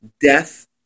death